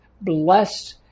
Bless